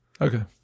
Okay